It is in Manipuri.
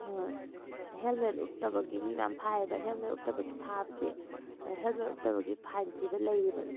ꯍꯦꯜꯃꯦꯠ ꯎꯞꯇꯕꯒꯤ ꯃꯤ ꯃꯌꯥꯝ ꯐꯥꯏꯌꯦꯕ ꯍꯦꯜꯃꯦꯠ ꯎꯞꯇꯕꯒꯤ ꯐꯥꯕꯁꯦ ꯍꯦꯜꯃꯦꯠ ꯎꯞꯇꯕꯒꯤ ꯐꯥꯏꯟ ꯊꯤꯕ ꯂꯩꯌꯦꯕ